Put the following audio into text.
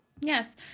Yes